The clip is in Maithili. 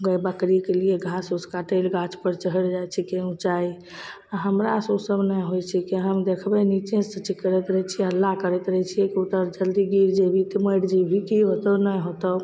कोइ बकरीकेलिए घास उस काटैले गाछपर चढ़ि जाइ छिकै उँचाइ आओर हमरासे ओसब नहि होइ छिकै हम देखबै निचेसे चिकरैत रहै छिए हल्ला करैत रहै छिए कि उतर जल्दी गिर जेबही तऽ मरि जेबही कि होतौ नहि होतौ